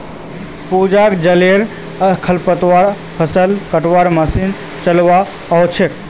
पूजाक जलीय खरपतवार फ़सल कटवार मशीन चलव्वा ओस छेक